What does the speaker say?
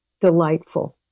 delightful